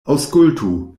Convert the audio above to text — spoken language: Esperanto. aŭskultu